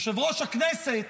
יושב-ראש הכנסת,